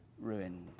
ruined